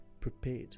prepared